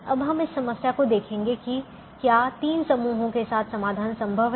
अब हम इस समस्या को देखेंगे कि क्या 3 समूहों के साथ समाधान संभव है